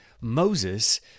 Moses